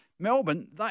Melbourne